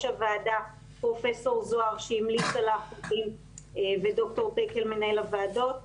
הוועדה פרופ' זוהר שהמליץ על האחוזים וד"ר דקל מנהל הוועדות כדי,